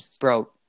bro